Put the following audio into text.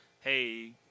hey